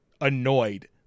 annoyed